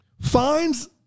finds